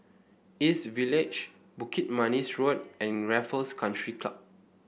East Village Bukit Manis Road and Raffles Country Club